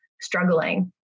struggling